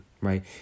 right